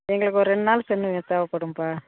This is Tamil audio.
எங்களுக்கு ஒரு ரெண்டு நாள் சென்று தேவைப்படும்ப்பா